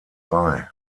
bei